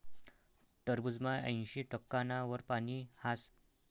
टरबूजमा ऐंशी टक्काना वर पानी हास